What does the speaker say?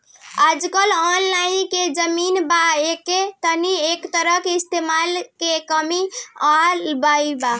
आजकल ऑनलाइन के जमाना बा ऐसे तनी एकर इस्तमाल में कमी आ गइल बा